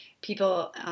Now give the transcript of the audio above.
people –